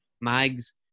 Mags